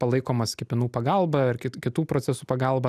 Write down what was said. palaikomas kepenų pagalba ar kit kitų procesų pagalba